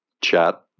chat